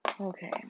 Okay